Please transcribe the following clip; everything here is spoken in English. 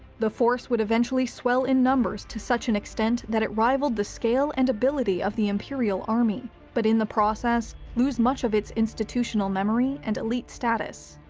the force would eventually swell in numbers to such an extent that it rivaled the scale and ability of the imperial army, but in the process lose much of its institutional memory and elite status.